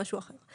זה משהו אחר.